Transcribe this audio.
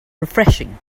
refreshing